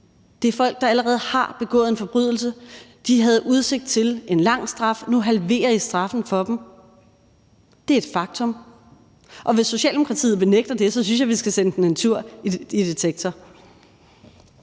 Det er folk, der allerede har begået en forbrydelse, og de havde udsigt til en lang straf, og nu halverer I straffen for dem. Det er et faktum, og hvis Socialdemokratiet benægter det, synes jeg, at vi skal sende den en tur i Detektor.